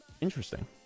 interesting